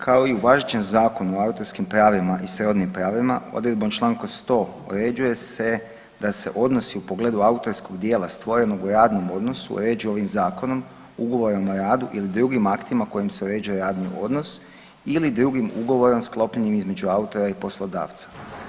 Kao i u važećem Zakonu o autorskim pravima i srodnim pravima odredbom Članka 100. uređuje se da se odnosi u pogledu autorskog djela stvorenog u radnom odnosu uređuju ovim zakonom, ugovorom o radu ili drugim aktima kojim se uređuje radni odnos ili drugim ugovorom sklopljenim između autora i poslodavca.